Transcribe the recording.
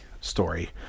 story